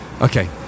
Okay